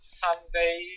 someday